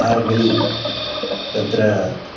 आर्गेल् तत्र